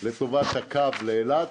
לטובת הקו לאילת.